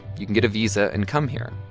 you can get a visa and come here.